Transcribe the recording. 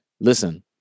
listen